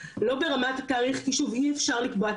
כי אם אני אגיד שבתאריך מסוים הוא לא חוקי,